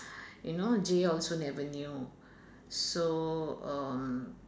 you know Jay also never knew so um